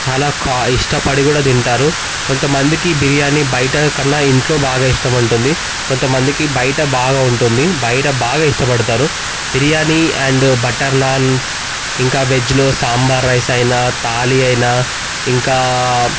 చాలా ఇష్టపడి కూడా తింటారు కొంతమందికి బిర్యాని బయటకన్నా ఇంట్లో బాగా ఇష్టం ఉంటుంది కొంతమందికి బయట బాగా ఉంటుంది బయట బాగా ఇష్టపడతారు బిర్యానీ అండ్ బటర్ నాన్ ఇంకా వెజ్లో సాంబార్ రైస్ అయినా థాలీ అయినా ఇంకా